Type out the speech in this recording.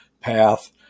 path